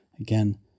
Again